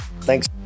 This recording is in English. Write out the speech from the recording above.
thanks